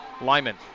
Lyman